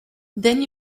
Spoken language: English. then